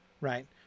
right